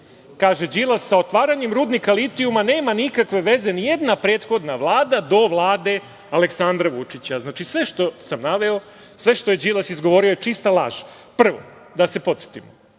kaže Đilas: „Sa otvaranjem rudnika litijuma nema nikakve veze nijedna prethodna vlada do vlade Aleksandra Vučića“. Znači, sve što sam naveo, sve što je Đilas izgovorio je čista laž. Prvo, da se podsetimo,